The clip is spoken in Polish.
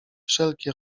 wszelkie